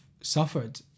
suffered